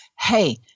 hey